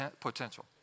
potential